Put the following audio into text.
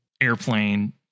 Airplane